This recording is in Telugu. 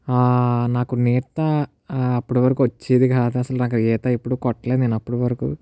నాకు ఈత అప్పటి వరకు వచ్చేది కాదు అసలు నాకు ఈత ఎప్పుడు కొట్టలేదు నేను అప్పటి వరకు